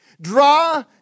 Draw